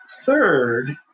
Third